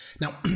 Now